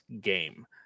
game